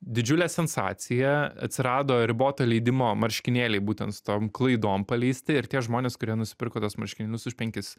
didžiule sensacija atsirado riboto leidimo marškinėliai būtent su tom klaidom paleisti ir tie žmonės kurie nusipirko tuos marškinius už penkis